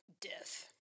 Death